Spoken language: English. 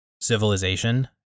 civilization